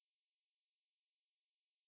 still have like I think four episodes